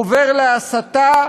עובר להסתה,